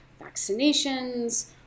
vaccinations